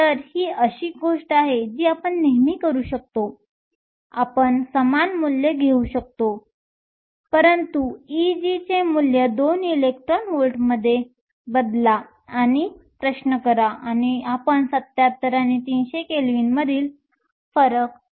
तर ही अशी गोष्ट आहे जी आपण नेहमी करू शकता आपण समान मूल्ये घेऊ शकता परंतु Eg चे मूल्य 2 इलेक्ट्रॉन व्होल्टमध्ये बदला आणि हा प्रश्न करा आणि आपण 77 आणि 300 केल्विनमधील फरक पाहू शकता